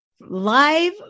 live